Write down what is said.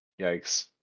Yikes